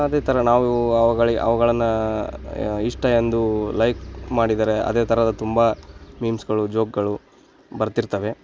ಅದೇ ಥರ ನಾವು ಅವ್ಗಳ ಅವುಗಳನ್ನ ಇಷ್ಟ ಎಂದು ಲೈಕ್ ಮಾಡಿದರೆ ಅದೇ ಥರದ ತುಂಬ ಮೀಮ್ಸ್ಗಳು ಜೋಕ್ಗಳು ಬರ್ತಿರ್ತವೆ